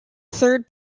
third